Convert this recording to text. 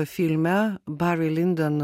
filme bari lindon